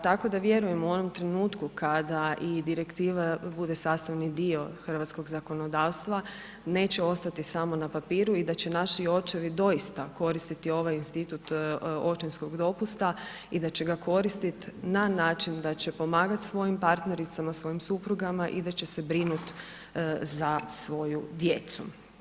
Tako da vjerujem u onom trenutku kada i direktiva bude sastavni dio hrvatskog zakonodavstva, neće ostati samo na papiru i da će naši očevi doista koristiti ovaj institut očinskog dopusta i da će ga koristit na način da će pomagat svojim partnericama, svojim suprugama i da će se brinut za svoju djecu.